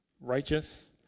righteous